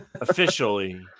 Officially